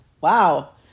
wow